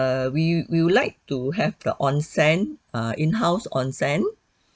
err we we would like to have the onsen err in house onsen